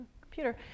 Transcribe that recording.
computer